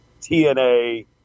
TNA